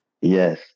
Yes